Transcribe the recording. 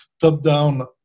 top-down